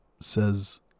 says